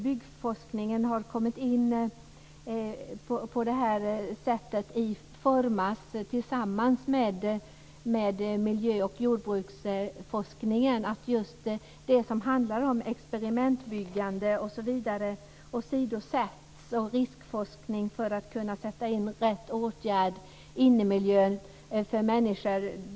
Byggforskningen formas nu tillsammans med miljö och jordbruksforskning. Det finns en risk för att experimentbyggande och riskforskning för att kunna sätta in rätt åtgärder i innemiljön för människor åsidosätts.